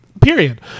Period